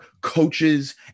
coaches